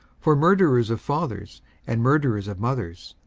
for murderers of fathers and murderers of mothers,